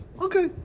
Okay